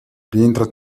rientra